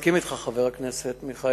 מסכים אתך, חבר הכנסת מיכאלי,